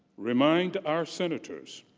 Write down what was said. remind our senators